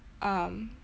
um